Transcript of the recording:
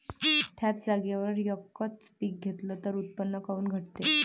थ्याच जागेवर यकच पीक घेतलं त उत्पन्न काऊन घटते?